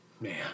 Man